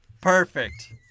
Perfect